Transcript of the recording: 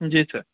جی سر